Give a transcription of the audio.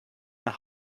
nach